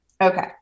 Okay